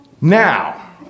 Now